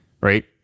right